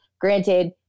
Granted